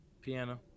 Piano